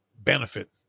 benefit